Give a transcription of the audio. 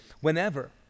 Whenever